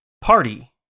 Party